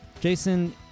Jason